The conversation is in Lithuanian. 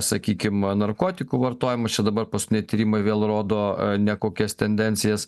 sakykim narkotikų vartojimas čia dabar paskutiniai tyrimai vėl rodo nekokias tendencijas